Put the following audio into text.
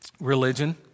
religion